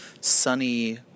sunny